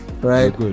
Right